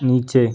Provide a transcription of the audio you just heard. नीचे